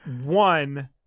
One